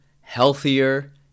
healthier